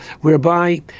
whereby